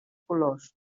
colors